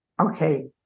okay